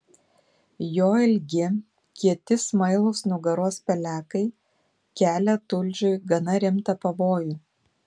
jo ilgi kieti smailūs nugaros pelekai kelia tulžiui gana rimtą pavojų